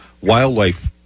wildlife